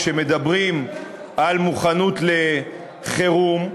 כשמדברים על מוכנות לחירום,